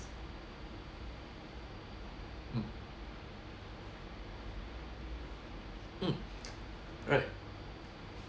mm mm right